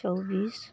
चौबीस